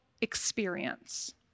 experience